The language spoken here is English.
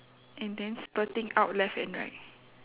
and then spurting out left and right